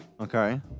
Okay